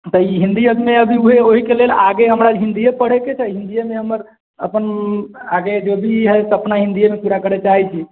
तऽ ई हिन्दी अपन उहे ओही के लेल आगे हमर हिन्दीये पढै के छै तऽ हिन्दीये मे हमर अपन आगे जे भी हय सपना हिन्दीये मे पूरा करऽ चाहै छी